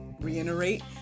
reiterate